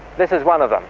this is one of them.